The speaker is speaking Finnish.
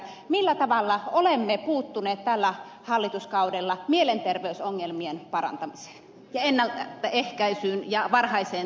millä tavalla olemme puuttuneet tällä hallituskaudella mielenterveysongelmien parantamiseen ja ennalta ehkäisyyn ja varhaiseen toteamiseen